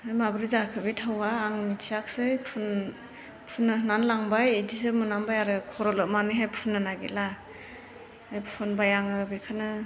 ओमफ्राय माब्रै जाखो बे थावआ आं मिथियाखिसै फुन फुननो होननानै लांबाय बेदिसो मोनामबाय आरो खर' लोमनानैहाय फुननो नागिरब्ला फुनबाय आङो बेखौनो